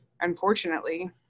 unfortunately